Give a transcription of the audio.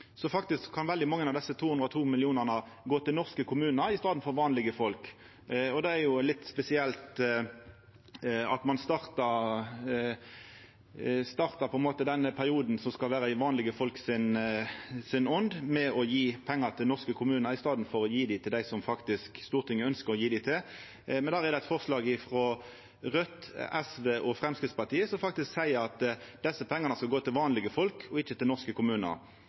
så faktisk kan veldig mange av desse 202 mill. kr gå til norske kommunar i staden for til vanlege folk. Det er jo litt spesielt, at ein startar denne perioden, som skal vera i vanlege folk si ånd, med å gje pengar til norske kommunar i staden for å gje dei til dei som Stortinget faktisk ønskjer å gje dei til. Men det ligg føre eit forslag frå Raudt, SV og Framstegspartiet som faktisk betyr at desse pengane skal gå til vanlege folk, og ikkje til norske kommunar.